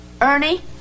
Ernie